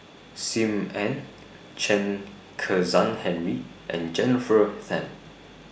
SIM Ann Chen Kezhan Henri and Jennifer Tham